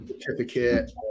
certificate